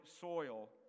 soil